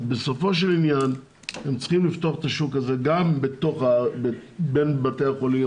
אז בסופו של עניין הם צריכים לפתוח את השוק הזה גם בין בתי החולים,